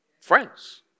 Friends